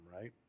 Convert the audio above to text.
Right